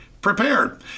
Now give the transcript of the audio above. prepared